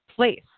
place